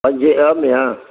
पंजे अ में आहे